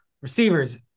Receivers